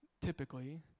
typically